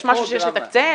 יש משהו שיש לתקצב?